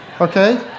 okay